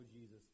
Jesus